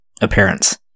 appearance